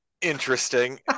interesting